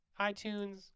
iTunes